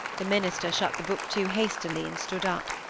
the minister shut the book to hastily, and stood up.